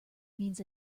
means